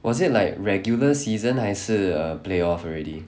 was it like regular season 还是 err play off already